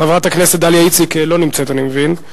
חברת הכנסת דליה איציק לא נמצאת כאן, אני מבין.